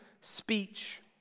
speech